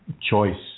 choice